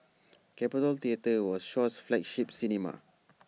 capitol theatre was Shaw's flagship cinema